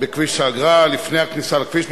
בכביש האגרה לפני הכניסה לכביש,